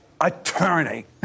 attorney